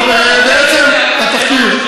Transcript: טוב, לעצם התחקיר.